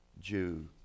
Jew